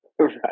Right